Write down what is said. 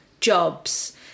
jobs